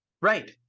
right